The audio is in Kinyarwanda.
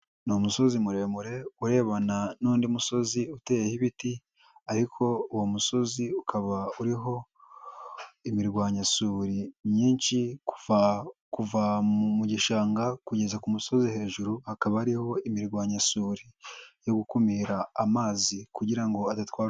Ni umusozi muremure urebana n'undi musozi uteye ibiti, ariko uwo musozi ukaba uriho, imirwanyasuri nyinshi kuva kuva mu gishanga kugeza kumusozi hejuru hakaba ariho imirwanyasuri, yo gukumira amazi kugira ngo adatwara.